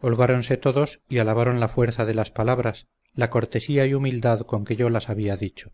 holgaronse todos y alabaron la fuerza de las palabras la cortesía y humildad con que yo las había dicho